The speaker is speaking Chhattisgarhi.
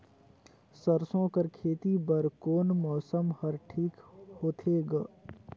सरसो कर खेती बर कोन मौसम हर ठीक होथे ग?